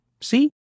See